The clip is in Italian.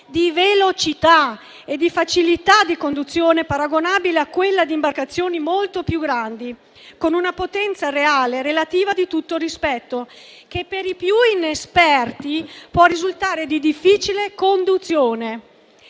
di velocità e di facilità di conduzione paragonabile a quello di imbarcazioni molto più grandi, con una potenza reale relativa di tutto rispetto, che per i più inesperti può risultare di difficile conduzione.